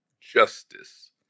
justice